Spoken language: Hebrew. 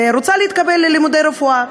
רוצה להתקבל ללימודי רפואה,